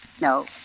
No